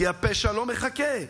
כי הפשע לא מחכה.